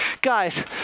guys